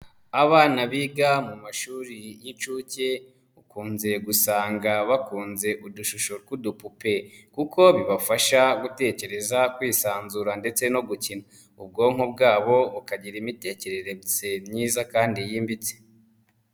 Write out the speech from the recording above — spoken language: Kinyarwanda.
Abana biga mu mashuri y'inshuke ukunze gusanga bakunze udushusho t'wudupupe kuko bibafasha gutekereza, kwisanzura ndetse no gukina, ubwonko bwabo bukagira imitekerere myiza kandi yimbitse.